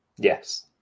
Yes